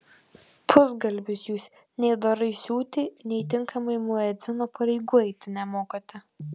pusgalvis jūs nei dorai siūti nei tinkamai muedzino pareigų eiti nemokate